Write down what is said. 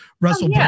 Russell